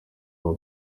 aba